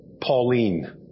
Pauline